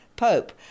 Pope